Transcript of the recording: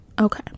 Okay